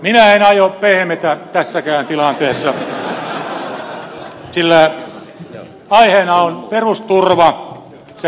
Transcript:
minä en aio pehmetä tässäkään tilanteessa sillä aiheena on perusturva sen riittävyys